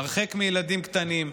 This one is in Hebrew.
הרחק מילדים קטנים,